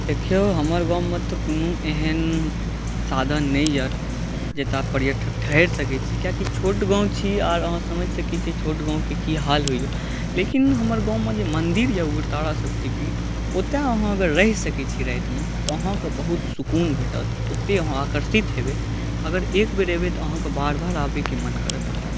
देखियौ हमर गाममे तऽ कोन एहन साधन नहि यऽ जतय पर्यटक ठहरि सकै छै किएकि छोट गाँव छै आ आहाँ समझि सकै छी छोट गाँवके की हाल होइया लेकिन हमर गाँवमे जे मन्दिर यऽ उग्रतारा शक्तिपीठ ओतय आहाँ अगर रहि सकै छी राति मे तऽ आहाँ के बहुत सुकून भेटत ओते आहाँ आकर्षित हेबै अगर एक बेर अयबै तऽ आहाँ के बार बार आबैके मोन करत ओतऽ